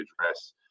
address